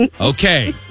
Okay